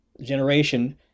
generation